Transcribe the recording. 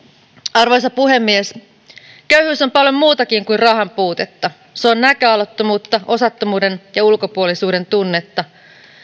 arvoisa puhemies köyhyys on paljon muutakin kuin rahan puutetta se on näköalattomuutta osattomuuden ja ulkopuolisuuden tunnetta